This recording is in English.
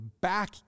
back